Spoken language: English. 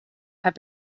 had